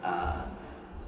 uh